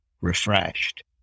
refreshed